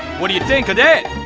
what do you think of that?